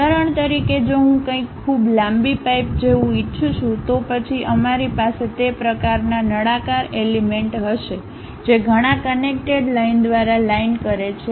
ઉદાહરણ તરીકે જો હું કંઈક ખૂબ લાંબી પાઇપ જેવું ઇચ્છું છું તો પછી અમારી પાસે તે પ્રકારના નળાકાર એલિમેન્ટ હશે જે ઘણા કનેક્ટેડ લાઇન દ્વારા લાઇન કરે છે